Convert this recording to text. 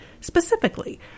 specifically